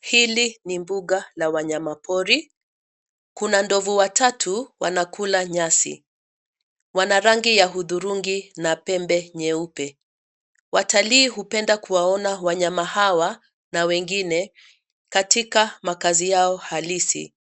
Hili ni mbuga na wanyamapori. Kuna ndovu watatu, wanakula nyasi. Wana rangi ya hudhurungi na pembe nyeupe. Watalii hupenda kuwaona wanyama hawa, na wengine, katika makazi yao halisi.